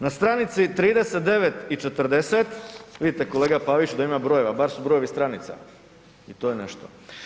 Na stranici 39 i 40,vidite kolega Pavić da ima brojeva, bar su brojevi stranica, i to je nešto.